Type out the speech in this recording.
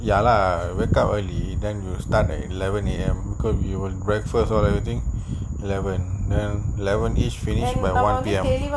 ya lah wake up early then we will start at eleven A_M because you got breakfast all everything eleven then elevenish finish by one P_M